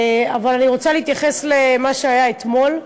אבל אני רוצה להתייחס למה שהיה אתמול,